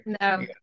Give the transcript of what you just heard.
no